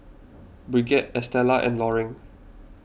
Brigitte Estella and Loring